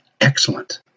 excellent